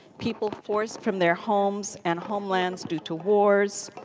people forced from their homes and homelands due to wars,